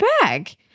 bag